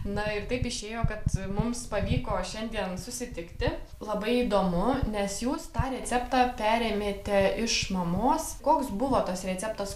na ir taip išėjo kad mums pavyko šiandien susitikti labai įdomu nes jūs tą receptą perėmėte iš mamos koks buvo tas receptas